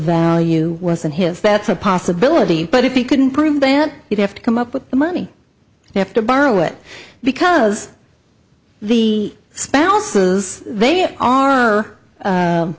value wasn't his that's a possibility but if he couldn't prove bant you'd have to come up with the money they have to borrow it because the spouses they are